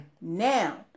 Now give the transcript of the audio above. Now